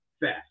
fast